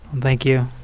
thank you.